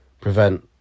prevent